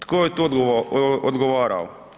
Tko je tu odgovarao?